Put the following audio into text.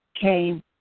came